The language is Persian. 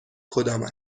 کدام